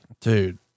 Dude